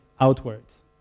outwards